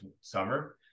summer